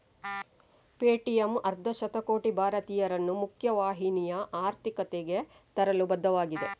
Paytm ಅರ್ಧ ಶತಕೋಟಿ ಭಾರತೀಯರನ್ನು ಮುಖ್ಯ ವಾಹಿನಿಯ ಆರ್ಥಿಕತೆಗೆ ತರಲು ಬದ್ಧವಾಗಿದೆ